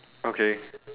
okay